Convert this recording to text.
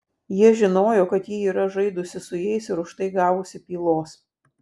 jie žinojo kad ji yra žaidusi su jais ir už tai gavusi pylos